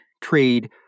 trade